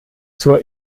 zur